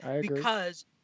because-